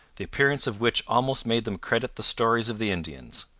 the appearance of which almost made them credit the stories of the indians.